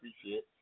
appreciate